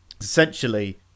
essentially